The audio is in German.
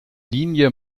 linie